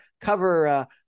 cover